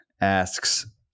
asks